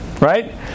right